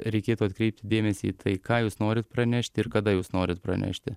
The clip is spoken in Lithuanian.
reikėtų atkreipti dėmesį į tai ką jūs norit pranešt ir kada jūs norit pranešti